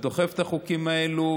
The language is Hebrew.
שדוחף את החוקים האלה,